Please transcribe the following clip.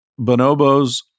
bonobos